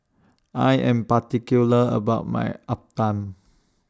I Am particular about My Uthapam